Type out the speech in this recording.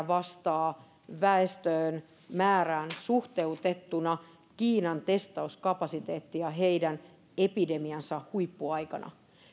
vastaa väestön määrään suhteutettuna kiinan testauskapasiteettia heidän epidemiansa huippuaikana